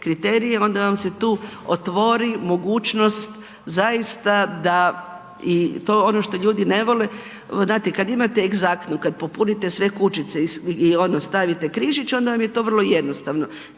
onda vam se tu otvori mogućnost zaista da i to ono što ljudi ne vole, znate kad imate egzaktno, kad popunite sve kućice i ono stavite križić onda vam je to vrlo jednostavno,